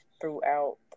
throughout